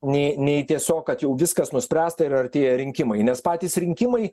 nei nei tiesiog kad jau viskas nuspręsta ir artėja rinkimai nes patys rinkimai